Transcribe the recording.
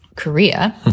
Korea